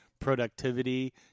productivity